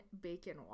bacon